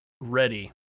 ready